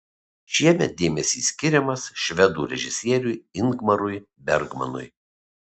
šiemet dėmesys skiriamas švedų režisieriui ingmarui bergmanui